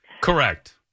Correct